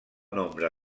nombre